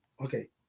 okay